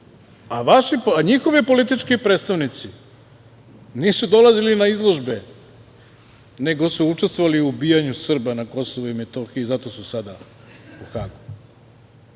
A njihovi politički predstavnici nisu dolazili na izložbe, nego su učestvovali u ubijanju Srba na Kosovu i Metohiji i zato su sada u Hagu. Isto